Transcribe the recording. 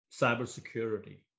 cybersecurity